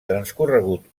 transcorregut